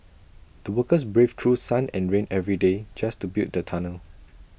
the workers braved through sun and rain every day just to build the tunnel